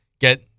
get